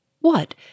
What